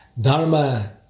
dharma